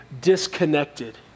disconnected